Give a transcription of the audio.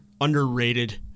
underrated